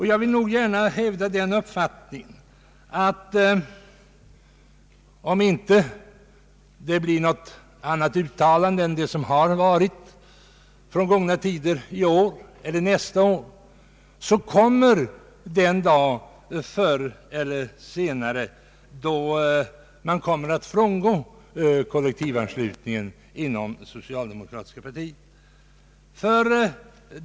Jag vill gärna hävda den uppfattningen, att om man inte i år eller nästa år ändrar inställning, så kommer den dag förr eller senare då man inom det socialdemokratiska partiet frångår kollektivanslutningen.